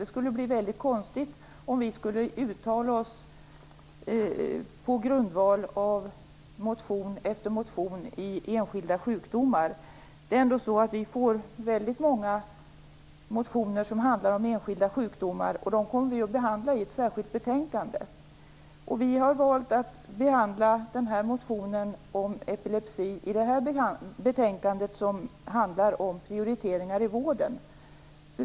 Det skulle bli väldigt konstigt om vi skulle uttala oss på grundval av olika motioner när det gäller enskilda sjukdomar. Vi får väldigt många motioner som handlar om enskilda sjukdomar. Dem kommer vi att behandla i ett särskilt betänkande. Vi har valt att behandla den här motionen om epilepsi i det här betänkandet, som handlar om prioriteringar i vården.